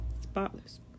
Spotless